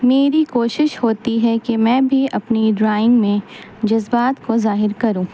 میری کوشش ہوتی ہے کہ میں بھی اپنی ڈرائنگ میں جذبات کو ظاہر کروں